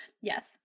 yes